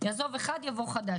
יעזוב אחד ויבוא אחר,